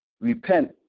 Repent